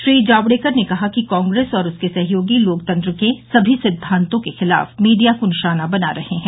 श्री जावड़ेकर ने कहा कि कांग्रेस और उसके सहयोगी लोकतंत्र के सभी सिद्दांतों के खिलाफ मीडिया को निशाना बना रहे हैं